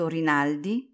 Rinaldi